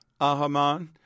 Ahaman